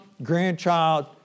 grandchild